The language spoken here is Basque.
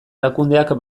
erakundeak